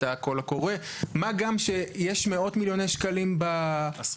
כי בדיבור מול הפורומים הם אמרו שאין צורך בו כי זה לא רלוונטי.